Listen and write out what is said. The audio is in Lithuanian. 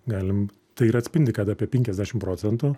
galim tai ir atspindi kad apie penkiasdešim procentų